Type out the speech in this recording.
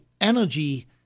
energy